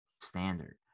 standard